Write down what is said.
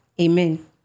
Amen